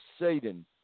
Satan